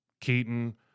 Keaton